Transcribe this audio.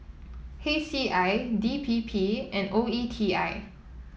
H C I D P P and O E T I